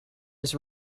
his